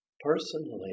personally